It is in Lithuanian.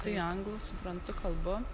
tai anglų suprantu kalbu